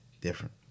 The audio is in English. different